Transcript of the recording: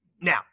Now